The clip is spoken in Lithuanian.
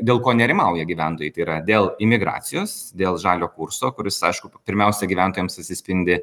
dėl ko nerimauja gyventojai tai yra dėl imigracijos dėl žalio kurso kuris aišku pirmiausia gyventojams atsispindi